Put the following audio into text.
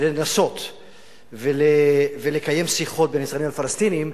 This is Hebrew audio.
לנסות ולקיים שיחות בין ישראלים לפלסטינים,